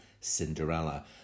Cinderella